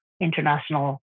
international